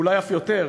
ואולי אף יותר,